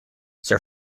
sir